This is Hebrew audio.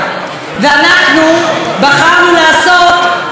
אנחנו בחרנו לעשות היסטוריה.